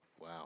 Wow